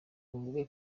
bavuga